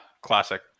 Classic